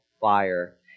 fire